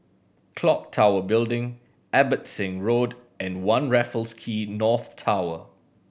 Clock Tower Building Abbotsingh Road and One Raffles Quay North Tower